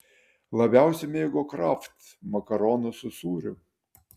labiausiai mėgo kraft makaronus su sūriu